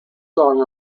song